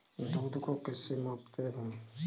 दूध को किस से मापते हैं?